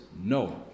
no